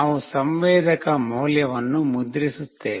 ನಾವು ಸಂವೇದಕ ಮೌಲ್ಯವನ್ನು ಮುದ್ರಿಸುತ್ತೇವೆ